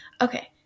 Okay